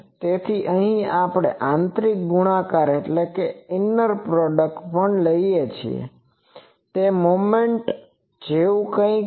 તેથી અહીં આપણે આંતરિક ગુણાકાર પણ લઈએ છીએ તે મોમેન્ટ જેવું કંઈક છે